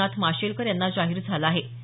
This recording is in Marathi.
रघुनाथ माशेलकर यांना जाहीर झाला आहे